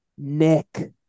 Nick